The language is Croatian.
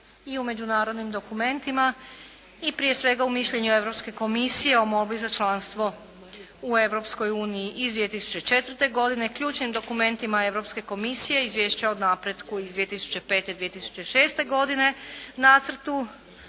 i u međunarodnim dokumentima i prije svega u mišljenju Europske komisije o molbi za članstvo u Europskoj uniji iz 2004. godine. Ključnim dokumentima Europske komisije, izvješća o napretku iz 2005. i 2006. godine. Nacrtu